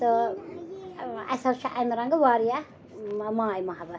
تہٕ اَسہِ حظ چھُ اَمہِ رنٛگہٕ واریاہ ماے محبت